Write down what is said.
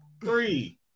three